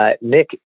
Nick